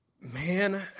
Man